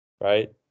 right